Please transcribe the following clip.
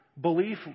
Belief